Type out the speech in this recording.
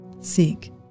Seek